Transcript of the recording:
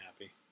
happy